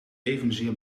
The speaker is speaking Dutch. evenzeer